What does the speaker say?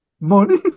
Money